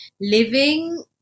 living